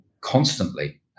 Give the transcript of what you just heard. constantly